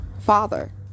father